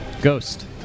Ghost